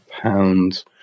pounds